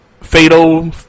Fatal